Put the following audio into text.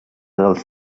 dels